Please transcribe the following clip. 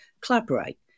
collaborate